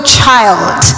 child